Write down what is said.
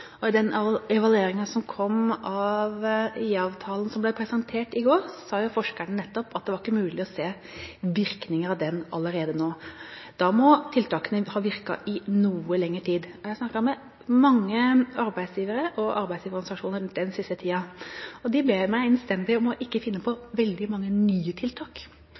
og i den evalueringen som kom av IA-avtalen som ble presentert i går, sa forskerne nettopp at det ikke var mulig å se virkninger av jobbstrategien allerede nå. Da må tiltakene ha virket i noe lenger tid. Jeg har snakket med mange arbeidsgivere og arbeidsgiverorganisasjoner den siste tiden, og de ber meg innstendig om ikke å finne på veldig mange nye tiltak,